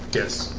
yes.